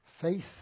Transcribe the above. Faith